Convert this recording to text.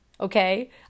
Okay